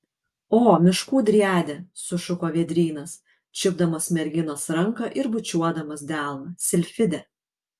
o miškų driade sušuko vėdrynas čiupdamas merginos ranką ir bučiuodamas delną silfide